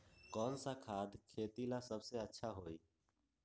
कौन सा खाद खेती ला सबसे अच्छा होई?